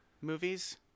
movies